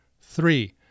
Three